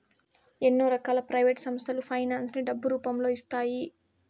ఎన్నో రకాల ప్రైవేట్ సంస్థలు ఫైనాన్స్ ని డబ్బు రూపంలో ఇస్తాయి